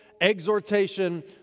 exhortation